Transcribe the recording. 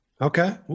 Okay